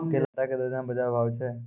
केला के आटा का दर्जन बाजार भाव छ?